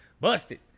busted